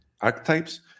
archetypes